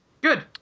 Good